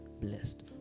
blessed